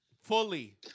fully